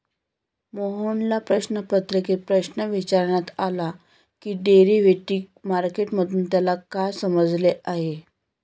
मोहनला प्रश्नपत्रिकेत प्रश्न विचारण्यात आला की डेरिव्हेटिव्ह मार्केट मधून त्याला काय समजले आहे?